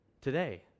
today